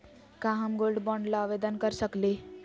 का हम gold bond ल आवेदन कर सकली?